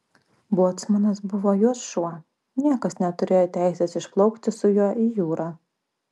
bocmanas buvo jos šuo niekas neturėjo teisės išplaukti su juo į jūrą